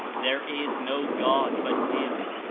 there is no god but him.